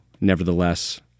nevertheless